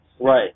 right